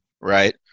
right